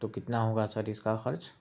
تو کتنا ہوگا سر اس کا خرچ